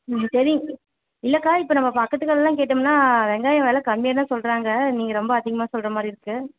ம் சரி இல்லைக்கா இப்போ நம்ம பக்கத்து கடையிலேலாம் கேட்டோம்னா வெங்காயம் வெலை கம்மியாக தான் சொல்கிறாங்க நீங்கள் ரொம்ப அதிகமாக சொல்கிற மாதிரி இருக்குது